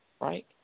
right